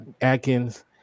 Atkins